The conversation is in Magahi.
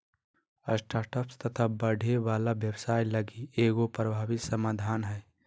स्टार्टअप्स तथा बढ़े वाला व्यवसाय लगी एगो प्रभावी समाधान हइ